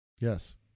yes